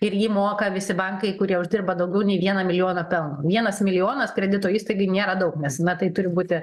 ir jį moka visi bankai kurie uždirba daugiau nei vieną milijoną pelno vienas milijonas kredito įstaigai nėra daug nes na tai turi būti